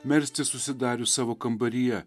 melstis užsidarius savo kambaryje